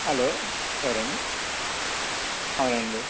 hello ఎవరండి అవునండి